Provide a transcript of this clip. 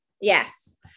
Yes